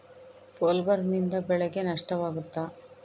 ಬೊಲ್ವರ್ಮ್ನಿಂದ ಬೆಳೆಗೆ ನಷ್ಟವಾಗುತ್ತ?